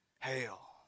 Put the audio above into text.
Hail